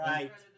Right